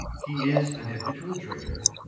he is an habitual drinker,